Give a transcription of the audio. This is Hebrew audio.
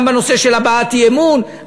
גם בנושא של הבעת אי-אמון,